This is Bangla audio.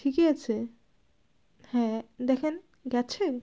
ঠিকই আছে হ্যাঁ দেখেন গেছে